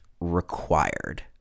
required